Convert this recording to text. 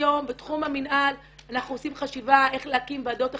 היום בתחום המנהל אנחנו עושים חשיבה איך להקים ועדות אחרות,